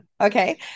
Okay